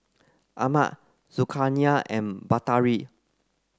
Ahmad Zulkarnain and Batari